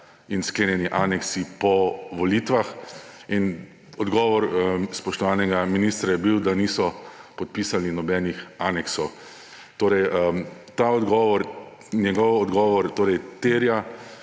in sklenjeni aneksi po volitvah. Odgovor spoštovanega ministra je bil, da niso podpisali nobenih aneksov. Torej ta odgovor, njegov odgovor, terja